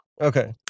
okay